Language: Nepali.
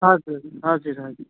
हजुर हजुर हजुर